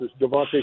Devontae